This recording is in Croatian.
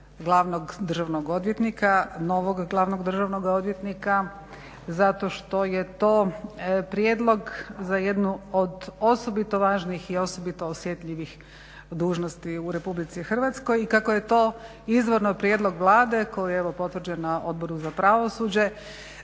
glavnog državnog odvjetnika, novog glavnog državnog odvjetnika zato što je to prijedlog za jednu od osobito važnih i osobito osjetljivih dužnosti u Republici Hrvatskoj. I kako je to izvorno prijedlog Vlade koji je evo potvrđen na Odboru za pravosuđe